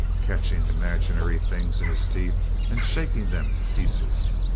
catching imaginary things in his teeth and shaking them to pieces.